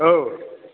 औ